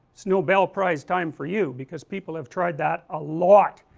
it's nobel prize time for you because people have tried that a lot,